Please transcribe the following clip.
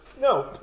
No